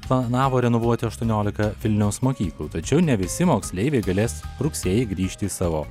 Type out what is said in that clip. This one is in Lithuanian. planavo renovuoti aštuoniolika vilniaus mokyklų tačiau ne visi moksleiviai galės rugsėjį grįžti į savo